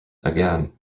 again